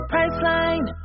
Priceline